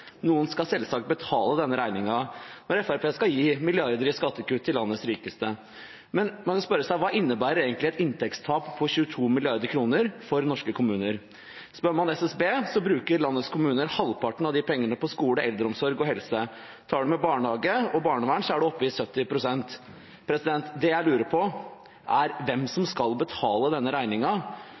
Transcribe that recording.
i skattekutt til landets rikeste. Man kan spørre seg: Hva innebærer egentlig et inntektstap på 22 mrd. kr for norske kommuner? Spør man SSB, bruker landets kommuner halvparten av de pengene på skole, eldreomsorg og helse. Tar man med barnehage og barnevern, er man oppe i 70 pst. Det jeg lurer på, er hvem som skal betale denne